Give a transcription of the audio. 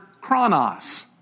chronos